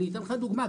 אני אתן לך דוגמא,